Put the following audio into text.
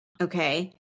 Okay